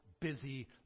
busy